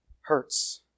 hurts